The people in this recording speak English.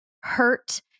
hurt